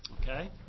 Okay